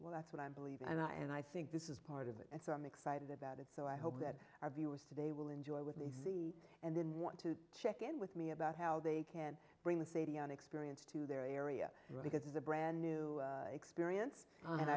well that's what i believe and i and i think this is part of it and so i'm excited about it so i hope that our viewers today will enjoy it with me and then want to check in with me about how they can bring the same experience to their area because it's a brand new experience and